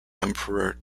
emperor